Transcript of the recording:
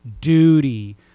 duty